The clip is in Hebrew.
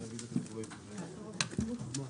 << סיום >> הישיבה ננעלה בשעה 12:38. << סיום >>